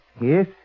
Yes